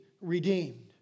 redeemed